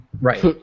Right